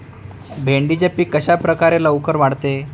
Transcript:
भेंडीचे पीक कशाप्रकारे लवकर वाढते?